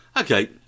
Okay